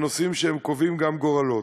גם בנושאים שקובעים גורלות.